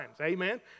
amen